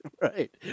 Right